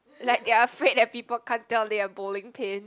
like ya afraid that people can't tell they are bowling pins